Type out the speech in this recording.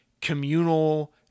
communal